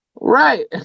Right